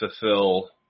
fulfill